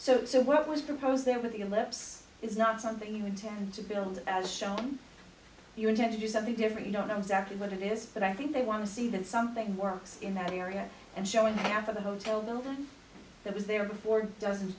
so so what was proposed there with the ellipse is not something you intend to build as shown you are going to do something different you don't know exactly what it is but i think they want to see that something works in that area and showing half of the hotel building that was there before doesn't